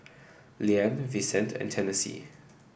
Liane Vicente and Tennessee